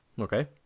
Okay